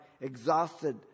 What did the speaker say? exhausted